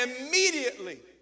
immediately